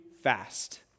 fast